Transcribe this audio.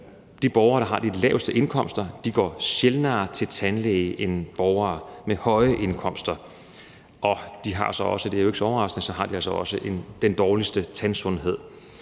de borgere, der har de laveste indkomster, sjældnere går til tandlæge end borgere med høje indkomster, og de har også – og det er jo ikke så overraskende – den dårligste tandsundhed.